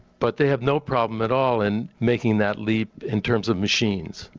but they have no problem at all in making that leap in terms of machines.